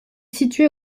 situé